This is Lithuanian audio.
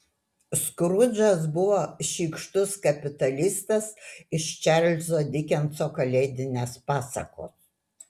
skrudžas buvo šykštus kapitalistas iš čarlzo dikenso kalėdinės pasakos